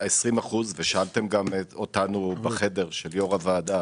גם שאלתם אותנו בחדר של יו"ר הוועדה